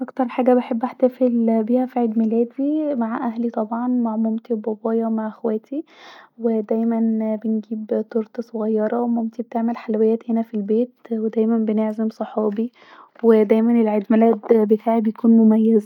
اكتر حاجه بحب احتفل بيها في عيد ميلادي مع اهلي طبعا مع مامتي وبابايا ومع اخواتي ودايما بنجيب تورته صغيره ومامتي بتعمل حلويات هنا في البيت ودايما بنعزم صحابي ودايما العيد ميلاد بتاعي بيكون مميز